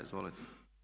Izvolite.